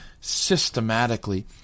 systematically